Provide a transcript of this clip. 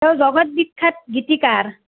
তেওঁ জগত বিখ্যাত গীতিকাৰ